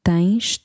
Tens